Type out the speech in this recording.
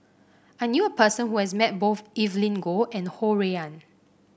I knew a person who has met both Evelyn Goh and Ho Rui An